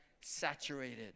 saturated